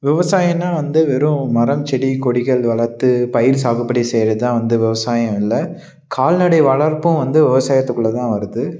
விவசாயனா வந்து வெறும் மரம் செடி கொடிகள் வளர்த்து பயிர் சாகுபடி செய்கிறதுதான் வந்து விவசாயம் இல்லை கால்நடை வளர்ப்பும் வந்து விவசாயத்துக்குள்ளேதான் வருது